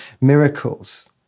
miracles